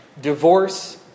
divorce